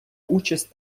участь